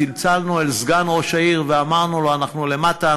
צלצלנו אל סגן ראש העיר ואמרנו לו: אנחנו למטה,